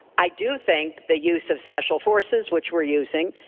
i do think the use of special forces, which we're using,